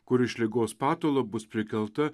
kur iš ligos patalo bus prikelta